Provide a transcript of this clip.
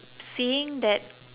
seeing that